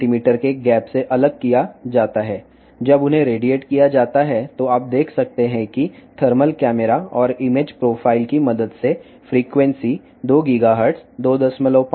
మీ గ్యాప్తో వేరు చేయబడతాయి అవి రేడియేషన్ అయినప్పుడు థర్మల్ కెమెరా మరియు ఇమేజ్ ప్రొఫైల్ సహాయంతో ఫ్రీక్వెన్సీ 2 GHz 2